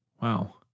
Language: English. Wow